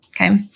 Okay